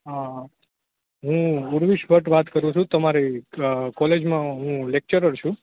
હ હ હ હું ઉર્વીશ ભટ્ટ વાત કરું છું તમારી કોલેજમાં હું લેકચરર છું